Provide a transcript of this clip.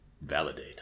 Validate